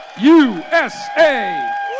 USA